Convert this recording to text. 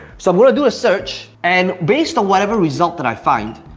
so i wanna do a search and based on whatever result that i find,